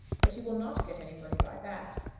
but you will not get any money by that.